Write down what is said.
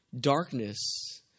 Darkness